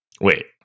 Wait